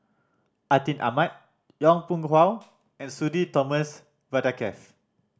Atin Amat Yong Pung How and Sudhir Thomas Vadaketh